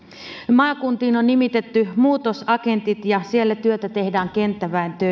maakuntiin on on nimitetty muutosagentit ja siellä työtä tehdään kenttäväen